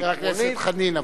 חבר הכנסת חנין,